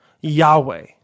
Yahweh